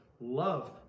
love